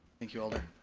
thank you alder.